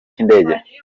cy’indege